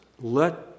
let